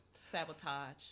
sabotage